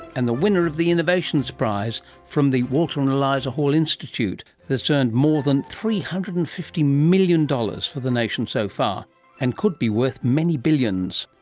and the winner of the innovations prize from the walter and eliza hall institute that has earned more than three hundred and fifty million dollars for the nation so far and could be worth many billions,